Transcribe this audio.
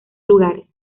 lugares